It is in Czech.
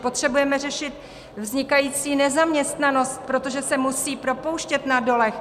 Potřebujeme řešit vznikající nezaměstnanost, protože se musí propouštět na dolech.